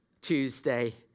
Tuesday